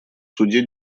суде